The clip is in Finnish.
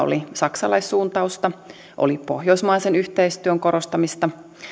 oli saksalaissuuntausta oli pohjoismaisen yhteistyön korostamista